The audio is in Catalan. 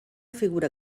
figura